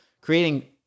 creating